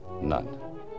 None